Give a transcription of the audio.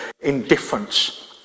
indifference